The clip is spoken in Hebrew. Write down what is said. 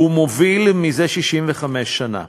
זה 65 שנה,